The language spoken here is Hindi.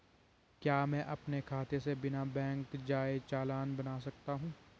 क्या मैं अपने खाते से बिना बैंक जाए चालान बना सकता हूँ?